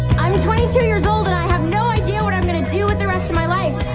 i'm twenty-two years old and i have no idea what i'm gonna do with the rest of my life,